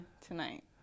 tonight